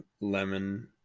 lemon